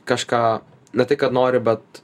kažką ne tai kad nori bet